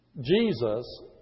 Jesus